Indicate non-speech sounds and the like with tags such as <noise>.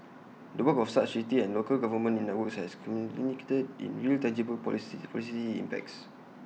the work of such city and local government in networks has <unintelligible> in real tangible policy policy impacts